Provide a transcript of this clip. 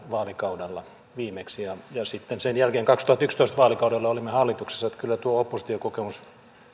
vaalikaudella kaksituhattaseitsemän viiva viimeksi ja sitten sen jälkeen vaalikaudella kaksituhattayksitoista viiva olimme hallituksessa niin että kyllä tuo oppositiokokemus kun